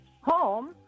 home